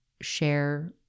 share